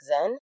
Zen